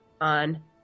on